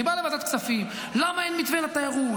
אני בא לוועדת כספים: למה אין מתווה לתיירות?